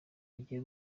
agiye